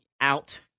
out